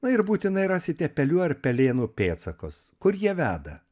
na ir būtinai rasite pelių ar pelėnų pėdsakus kur jie veda